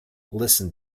listen